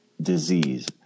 disease